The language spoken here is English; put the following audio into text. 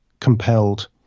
compelled